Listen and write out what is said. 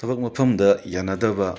ꯊꯕꯛ ꯃꯐꯝꯗ ꯌꯥꯅꯗꯕ